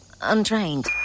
untrained